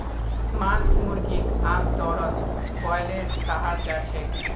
मांस मुर्गीक आमतौरत ब्रॉयलर कहाल जाछेक